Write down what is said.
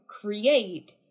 create